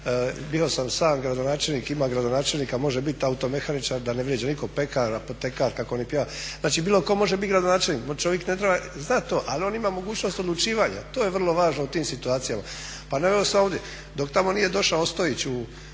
bio sam i sam gradonačelnik, ima gradonačelnika može biti automehaničar da ne vrijeđam nikoga, pekar, apotekar kako oni pjeva, znači bilo tko može biti gradonačelnik, znam to ali on ima mogućnost odlučivanja. To je vrlo važno u tim situacijama. Dok tamo nije došao Ostojić u